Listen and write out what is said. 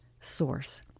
source